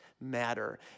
matter